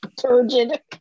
Turgid